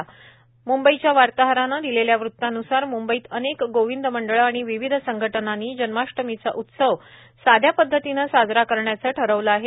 आमच्या मुंबईच्या वार्ताहरानं दिलेल्या वृतानुसार मुंबईतील अनेक गोविंद मंडळ आणि विविध संघटनांनी जन्माष्टमीचा उत्सव अगदी साध्या पध्दतीनं साजरा करण्याचं ठरवलं आहे